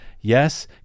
Yes